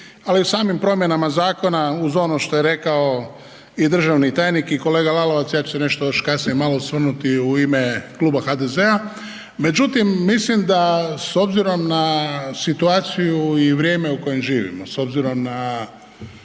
ali u samim promjenama zakona uz ono što je rekao i državni tajnik i kolega Lalovac ja ću se nešto još kasnije malo osvrnuti u ime Kluba HDZ-a. Međutim, mislim da s obzirom na situaciju i vrijeme u kojem živimo, s obzirom na